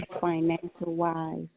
financial-wise